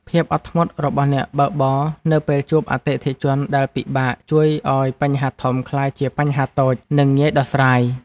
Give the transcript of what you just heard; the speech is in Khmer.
ភាពអត់ធ្មត់របស់អ្នកបើកបរនៅពេលជួបអតិថិជនដែលពិបាកជួយឱ្យបញ្ហាធំក្លាយជាបញ្ហាតូច និងងាយដោះស្រាយ។